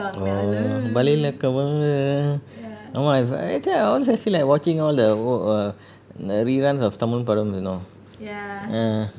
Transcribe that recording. oh ஆமா:aama no I actually I always feel like watching all the old err the reruns of Tamil padam padam you know ah